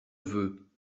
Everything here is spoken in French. veux